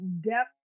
depth